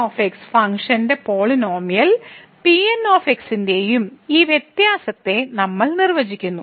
Rn ഫംഗ്ഷന്റെയും polynomial Pn ന്റെയും ഈ വ്യത്യാസത്തെ നമ്മൾ നിർവചിക്കുന്നു